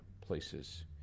places